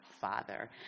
father